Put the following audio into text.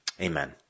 Amen